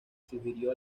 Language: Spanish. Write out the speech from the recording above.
sugirió